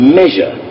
measure